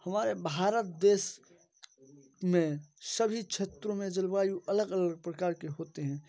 हमारे भारत देश में सभी क्षेत्रों में जलवायु अलग अलग प्रकार की होती है